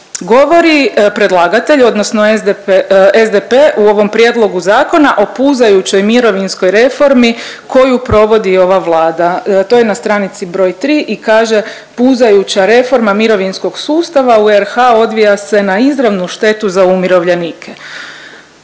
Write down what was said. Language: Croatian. Govori predlagatelj odnosno SDP u ovom prijedlogu zakona o puzajućoj mirovinskoj reformi koju provodi ova vlada, to je na stranici br. 3 i kaže puzajuća reforma mirovinskog sustava u RH odvija se na izravnu štetu za umirovljenike